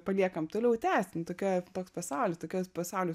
paliekam toliau tęsiam tokioj toks pasaulio tokias pasaulio